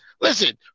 Listen